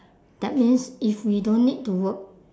that means if we don't need to work